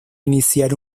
iniciar